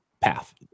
path